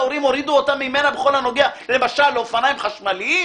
ההורים הורידו אותה בכל הנוגע למשל לאופניים חשמליים,